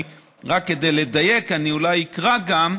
רק כדי לדייק אולי אקרא גם,